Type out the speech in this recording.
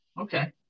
Okay